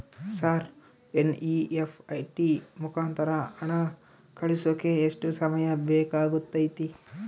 Sir NEFT ಮುಖಾಂತರ ಹಣ ಕಳಿಸೋಕೆ ಎಷ್ಟು ಸಮಯ ಬೇಕಾಗುತೈತಿ?